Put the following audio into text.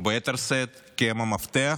וביתר שאת, כי הן המפתח,